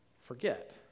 forget